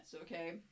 okay